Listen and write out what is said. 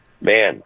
man